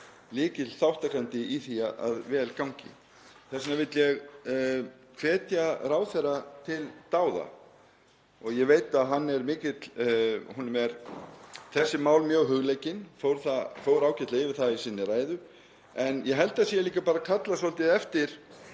lykilþátttakandi í því að vel gangi. Þess vegna vil ég hvetja ráðherra til dáða. Ég veit að honum eru þessi mál mjög hugleikin. Hann fór ágætlega yfir það í sinni ræðu. En ég held að ég sé líka bara að kalla svolítið eftir,